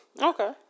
Okay